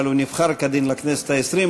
אבל הוא נבחר כדין לכנסת העשרים,